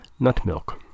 Nutmilk